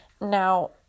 Now